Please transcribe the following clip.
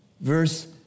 Verse